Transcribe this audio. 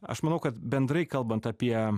aš manau kad bendrai kalbant apie